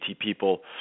people